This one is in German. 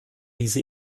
diese